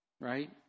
right